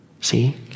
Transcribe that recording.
See